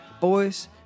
Boys